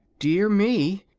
dear me!